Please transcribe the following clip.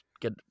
get